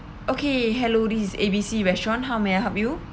okay hello this is A B C restaurant how may I help you